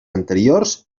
anteriors